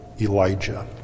Elijah